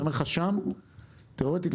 תיאורטית,